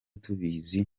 tubizi